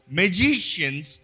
magicians